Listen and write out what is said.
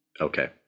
Okay